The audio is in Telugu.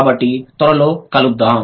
కాబట్టి త్వరలో కలుద్దాం